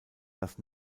dass